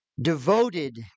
devoted